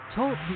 Talk